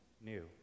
new